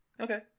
Okay